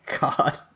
God